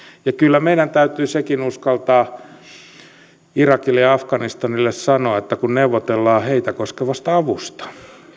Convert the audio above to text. ja kyllä meidän täytyy uskaltaa sanoa irakille ja afganistanille sekin kun neuvotellaan heitä koskevasta avusta